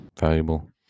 valuable